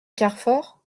carfor